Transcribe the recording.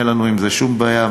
אין לנו עם זה שום בעיה,